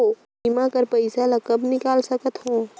बीमा कर पइसा ला कब निकाल सकत हो?